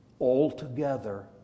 altogether